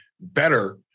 better